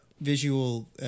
visual